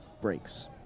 breaks